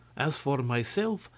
as for myself,